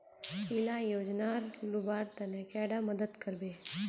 इला योजनार लुबार तने कैडा मदद करबे?